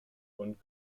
und